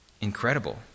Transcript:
incredible